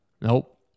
nope